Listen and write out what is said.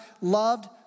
loved